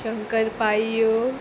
Shankar पाळयो